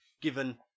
given